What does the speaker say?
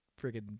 friggin